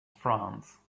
france